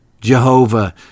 Jehovah